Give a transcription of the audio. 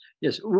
yes